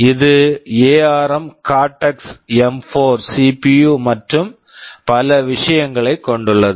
இது ARM Cortex M 4 ARM Cortex M4 CPU CPU மற்றும் பல விசயங்களைக் கொண்டுள்ளது